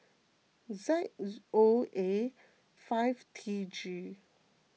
Z O A five T G